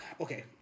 Okay